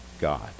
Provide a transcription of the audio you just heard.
God